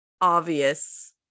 obvious